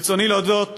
ברצוני להודות